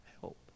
help